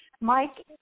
Mike